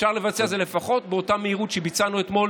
אפשר לבצע את זה לפחות באותה מהירות שביצענו אתמול